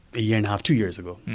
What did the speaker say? a year and a half, two years ago.